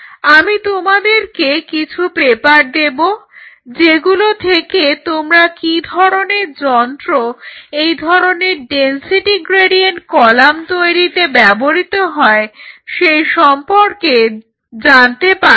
আমি তোমাদেরকে কিছু পেপার দেবো যেগুলো থেকে তোমরা কি ধরনের যন্ত্র এই ধরনের ডেনসিটি গ্রেডিয়েন্ট কলাম তৈরিতে ব্যবহৃত হয় সেই সম্পর্কে জানতে পারবে